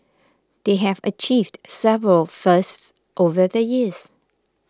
they have achieved several firsts over the years